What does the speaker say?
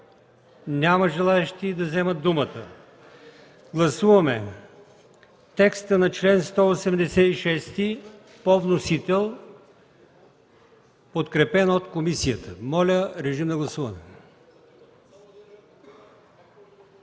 няма желаещи да вземат думата. Гласуваме текста на чл. 186 по вносител, подкрепен от комисията. Моля, гласувайте.